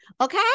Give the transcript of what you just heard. Okay